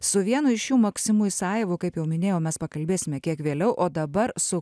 su vienu iš jų maksimu isajevu kaip jau minėjau mes pakalbėsime kiek vėliau o dabar su